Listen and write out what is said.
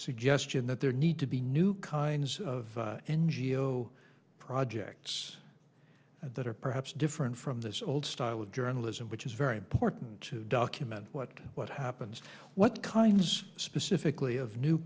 suggestion that there need to be new kinds of n g o s projects that are perhaps different from this old style of journalism which is very important document what what happens what kinds specifically of new